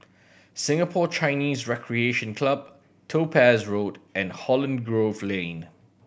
Singapore Chinese Recreation Club Topaz Road and Holland Grove Lane